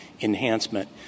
enhancement